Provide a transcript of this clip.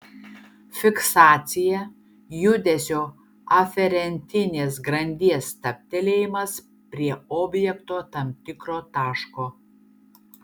fiksacija judesio aferentinės grandies stabtelėjimas prie objekto tam tikro taško